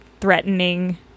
threatening